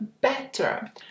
better